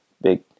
big